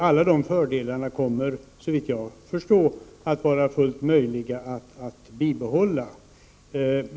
Alla de fördelarna kommer såvitt jag förstår att vara fullt möjliga att bibehålla.